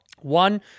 One